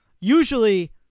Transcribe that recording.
usually